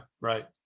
right